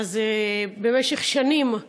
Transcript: במשך שנים,